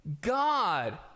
God